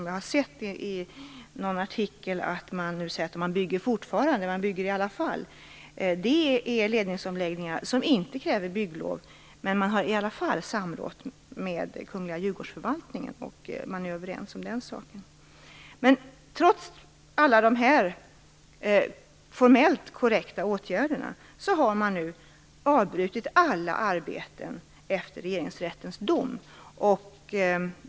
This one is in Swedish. Jag har sett i någon artikel att man nu säger att man fortfarande bygger, att man bygger i alla fall. Det rör sig om ledningsomläggningar som inte kräver bygglov, men man har i alla fall samrått med Kungl. Djurgårdens Förvaltning. Man är överens om saken. Trots alla dessa formellt korrekta åtgärder, har man nu avbrutit alla arbeten efter Regeringsrättens dom.